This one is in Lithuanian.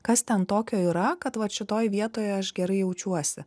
kas ten tokio yra kad vat šitoj vietoje aš gerai jaučiuosi